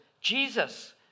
Jesus